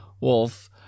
Wolf